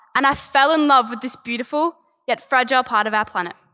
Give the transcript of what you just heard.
and i fell in love with this beautiful yet fragile part of our planet.